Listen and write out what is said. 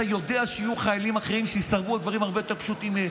אתה יודע שיהיו חיילים אחרים שיסרבו על דברים הרבה יותר פשוטים,